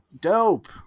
Dope